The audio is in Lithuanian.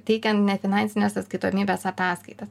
teikiant nefinansinės atskaitomybės ataskaitas